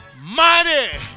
mighty